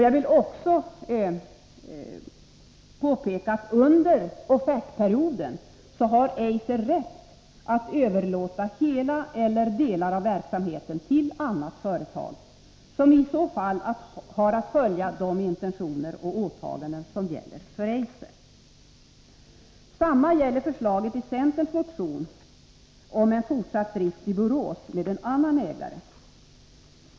Jag vill också påpeka att Eiser under offertperioden har rätt att överlåta hela Förlängning av verksamheten eller delar av den till ett annat företag, som i så fall har att följa drifttiden för Eisers de intentioner och åtaganden som gäller för Eiser. Detsamma gäller förslaget i centerns motion om fortsatt drift i Borås med en annan ägare.